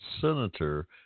senator